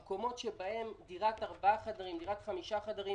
המקומות שבהם דירות ארבעה או חמישה חדרים